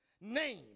name